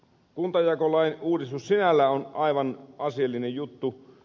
kuntajakolain uudistus sinällään on aivan asiallinen juttu